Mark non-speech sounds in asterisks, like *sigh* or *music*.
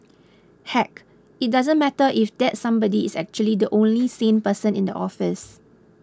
heck it doesn't matter if that somebody is actually the only *noise* sane person in the office